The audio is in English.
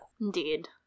Indeed